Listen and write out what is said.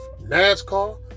NASCAR